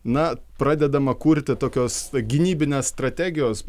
na pradedama kurti tokios gynybinės strategijos